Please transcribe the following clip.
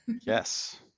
Yes